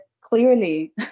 clearly